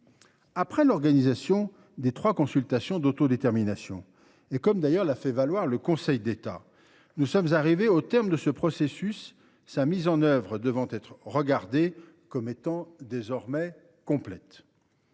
Après l’organisation des trois consultations d’autodétermination, et comme l’a fait valoir le Conseil d’État, nous sommes arrivés au terme du processus, sa mise en œuvre devant être regardée comme étant désormais complète.